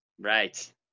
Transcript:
Right